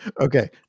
okay